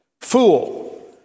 Fool